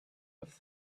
have